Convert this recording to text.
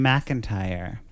McIntyre